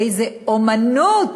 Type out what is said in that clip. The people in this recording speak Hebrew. באיזו אמנות